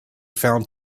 found